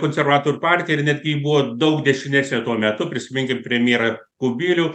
ir konservatorių partija ir netgi ji buvo daug dešinesnė tuo metu prisiminkim premjerą kubilių